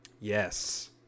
Yes